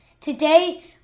Today